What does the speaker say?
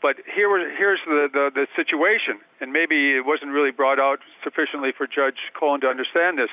but here were here's the situation and maybe it wasn't really brought out sufficiently for judge cohen to understand this